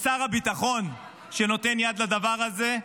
לשר הביטחון, שנותן יד לדבר הזה,